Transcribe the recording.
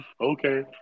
Okay